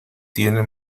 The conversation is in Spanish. tiene